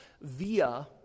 via